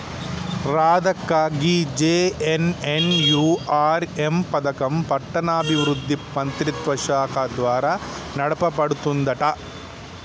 రాధక్క గీ జె.ఎన్.ఎన్.యు.ఆర్.ఎం పథకం పట్టణాభివృద్ధి మంత్రిత్వ శాఖ ద్వారా నడపబడుతుందంట